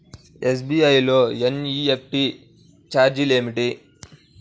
SBI లో NEFT ఛార్జీలు ఏమిటి?